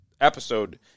episode